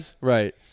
Right